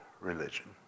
religion